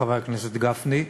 חבר הכנסת גפני.